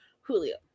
Julio